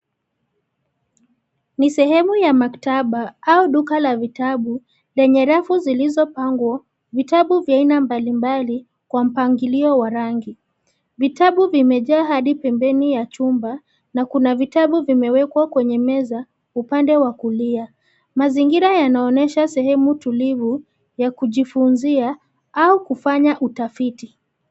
Ni sehemu ya maktaba au duka la vitabu lenye rafu zilizopangwa vitabu vya aina mbalimbali kwa mpangilio wa rangi. Vitabu vimejaa hadi pembeni ya chumba na kuna vitabu vimewekewa kwenye meza, upande wa kulia. Mazingira yanaonyesha sehema tulivu ya kujifunzia au kufanya utafiti.